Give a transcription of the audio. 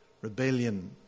rebellion